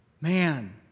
man